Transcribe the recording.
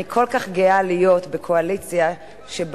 אני כל כך גאה להיות בקואליציה שבה